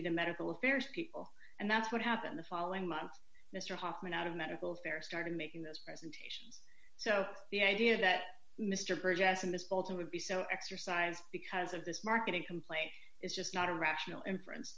be to medical affairs people and that's what happened the following month mr hoffman out of medical fair started making this presentations so the idea that mr burrage as in this bolton would be so exercise because of this marketing complaint is just not a rational inference